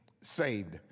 saved